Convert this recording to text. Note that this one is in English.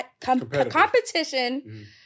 competition